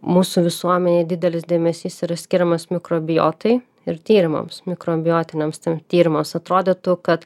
mūsų visuomenėj didelis dėmesys yra skiriamas mikrobijotai ir tyrimams mikrobijotiniams ten tyrimams atrodytų kad